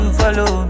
follow